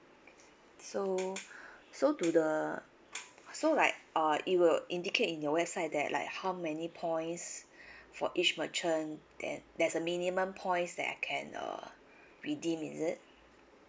so so to the so like uh it will indicate in your website that like how many points for each merchant then there's a minimum points that I can uh redeem is it